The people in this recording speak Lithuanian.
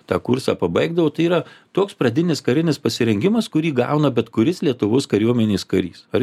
tą kursą pabaigdavau tai yra toks pradinis karinis pasirengimas kurį gauna bet kuris lietuvos kariuomenės karys ar